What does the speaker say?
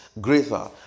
greater